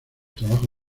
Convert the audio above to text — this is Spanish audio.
trabajo